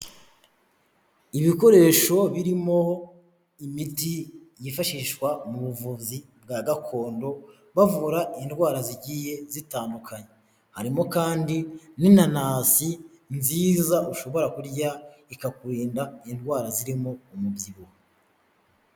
Ibikoresho birimo imiti yifashishwa mu buvuzi bwa gakondo, bavura indwara zigiye zitandukanye. Harimo kandi n'inanasi nziza ushobora kurya ikakurinda indwara zirimo umubyibuho.